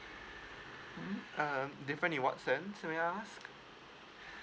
mm um different in what sense may I ask